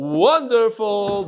wonderful